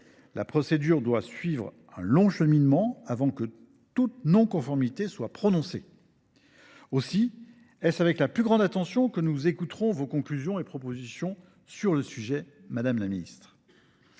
La procédure doit suivre un long cheminement avant que toute non conformité ne soit prononcée. Aussi est ce avec la plus grande attention que nous écouterons vos conclusions et propositions sur le sujet, madame la ministre.